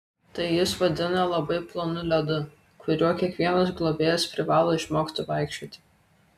tai jis vadina labai plonu ledu kuriuo kiekvienas globėjas privalo išmokti vaikščioti